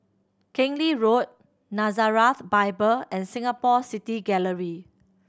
Keng Lee Road Nazareth Bible and Singapore City Gallery